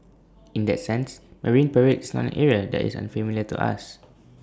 in that sense marine parade is not an area that is unfamiliar to us